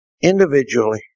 individually